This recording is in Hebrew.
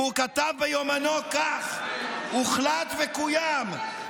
והוא כתב ביומנו כך: "הוחלט וקוים,